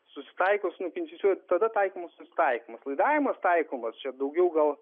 susitaiko su nukentėjusiuoju tada taikymas susitaikymas laidavimas taikomas čia daugiau gal